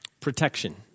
Protection